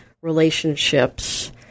relationships